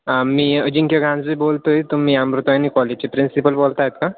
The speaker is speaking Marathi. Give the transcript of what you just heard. हां मी अजिंक्य गांजे बोलतो आहे तुम्ही अमृतायनी कॉलेजचे प्रिन्सिपल बोलत आहेत का